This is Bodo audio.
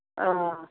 अह